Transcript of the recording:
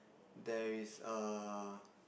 there is a